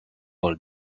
all